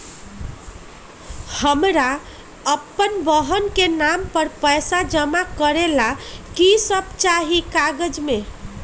हमरा अपन बहन के नाम पर पैसा जमा करे ला कि सब चाहि कागज मे?